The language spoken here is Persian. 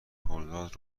خرداد